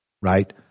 Right